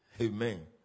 Amen